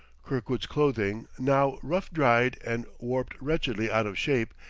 kirkwood's clothing, now rough-dried and warped wretchedly out of shape,